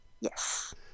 yes